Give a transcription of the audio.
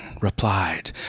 replied